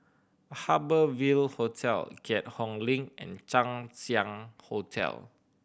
Harbour Ville Hotel Keat Hong Link and Chang Ziang Hotel